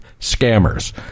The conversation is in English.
Scammers